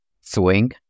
swing